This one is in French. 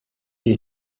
est